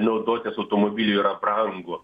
naudotis automobiliu yra brangu